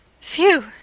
Phew